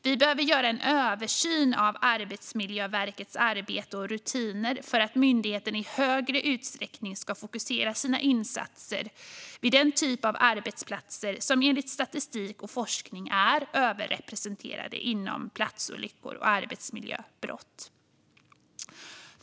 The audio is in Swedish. Vi behöver göra en översyn av Arbetsmiljöverkets arbete och rutiner för att myndigheten i högre utsträckning ska fokusera sina insatser vid den typ av arbetsplatser som enligt statistik och forskning är överrepresenterade inom platsolyckor och arbetsmiljöbrott.